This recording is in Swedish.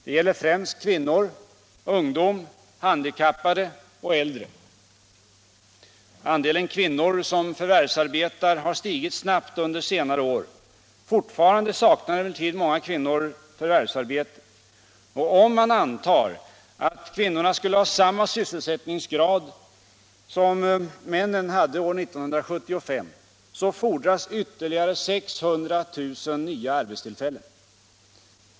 Det gäller främst kvinnor, ungdomar, handikappade och äldre. Andelen kvinnor som förvärvsarbetar har stigit snabbt under senare år. Fortfarande saknar emellertid många kvinnor förvärvsarbete. Om man antar att kvinnorna vill ha samma sysselsättningsgrad som männen hade år 1975, så fordras ytterligare 600 000 nya arbetstillfällen.